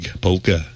Polka